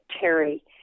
Terry